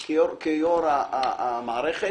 כיוון שכולנו חיים על פני הקרקע.